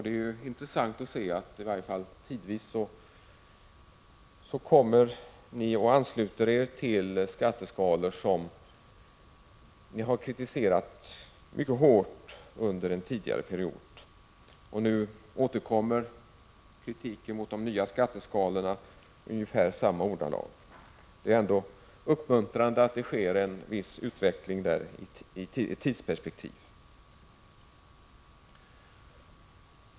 Det är ju intressant att se att ni i varje fall tidvis ansluter er till skatteskalor som ni har kritiserat mycket hårt under en tidigare period. Nu återkommer kritiken mot de nya skatteskalorna i ungefär samma ordalag, men det är ändå uppmuntrande att det sker en viss utveckling i tidsperspektivet.